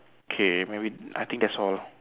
okay maybe I think that's all